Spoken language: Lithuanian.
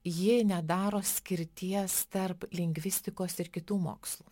ji nedaro skirties tarp lingvistikos ir kitų mokslų